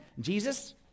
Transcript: Jesus